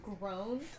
grown